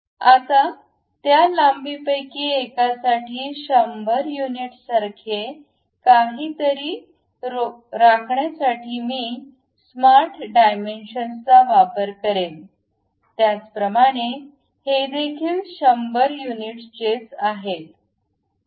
आता त्या लांबीपैकी एकासाठी 100 युनिट्ससारखे काहीतरी राखण्यासाठी मी स्मार्ट डायमेन्शन्स चा वापर करेल त्याचप्रमाणे हे देखील 100 युनिट्स चेच आहेत